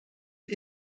und